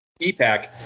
EPAC